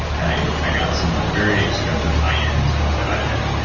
and i i got some very expensive high-end multivitamin.